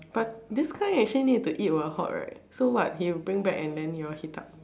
but this kind actually need to eat while hot right so what he'll bring back and then you all heat up